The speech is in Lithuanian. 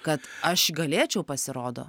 kad aš galėčiau pasirodo